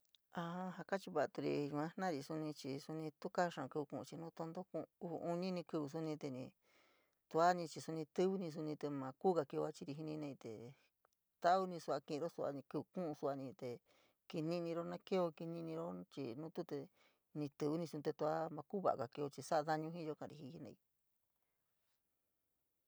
Aa s kaachivaturi yua jena’ari suni chii suni tuu kaa xáá kíuu ku’un chii nu tonto ku’u uu, uni ni kíuu te suni ni tee ni tuani chii suni tívíni suni te maa kuuja keeo a chiiri jiíí jenaíí te, tauni sua kii’i ro sua ni kííuu ku’un suanite kini’iniro naa keo keni’iniro chii nu tuu te ni tívíni suni te tua kuva’aga keo chii sa’a dañu ji’iyo kaari jiiíí jenaíí.